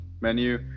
menu